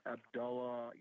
Abdullah